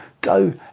go